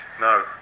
no